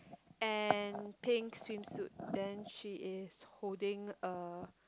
and pink swim suit then she is holding a